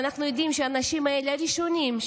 ואנחנו יודעים שהאנשים האלה הם הראשונים,